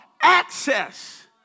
Access